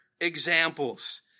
examples